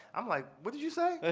i'm like, what did you say,